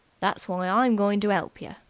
that's why i'm going to elp yer!